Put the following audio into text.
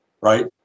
right